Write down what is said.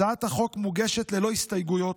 הצעת החוק מוגשת ללא הסתייגויות,